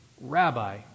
rabbi